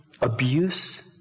abuse